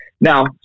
now